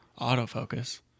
autofocus